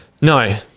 No